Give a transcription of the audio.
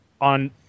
on